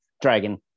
Dragon